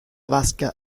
vasca